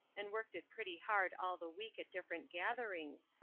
and worked it pretty hard all the week at different gatherings,